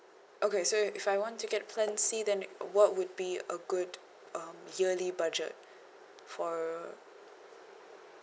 okay so if I want to get plan C then what would be a good um yearly budget for